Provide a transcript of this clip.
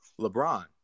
LeBron